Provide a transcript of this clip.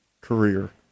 career